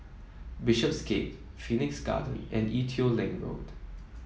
Bishopsgate Phoenix Garden and Ee Teow Leng Road